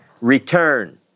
return